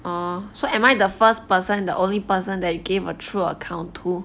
orh so am I the first person the only person that you gave a true account to